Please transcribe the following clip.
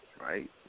right